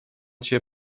cię